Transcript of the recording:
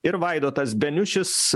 ir vaidotas beniušis